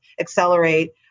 accelerate